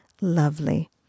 lovely